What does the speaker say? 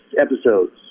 episodes